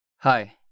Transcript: Hi